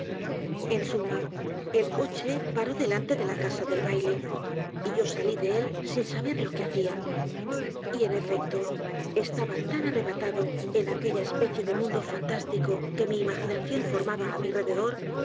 en suma el coche paró delante de la casa del baile y yo salí de él sin saber lo que hacia y en efecto estaba tan arrebatado en aquella especie de mundo fantástico que mi imaginación formaba á mi rededor